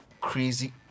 crazy